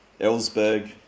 Ellsberg